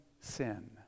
sin